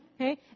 Okay